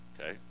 Okay